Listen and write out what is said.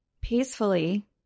peacefully